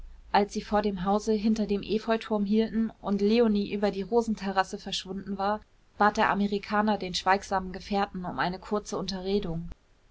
als sie vor dem hause hinter dem efeuturm hielten und leonie über die rosenterrasse verschwunden war bat der amerikaner den schweigsamen gefährten um eine kurze unterredung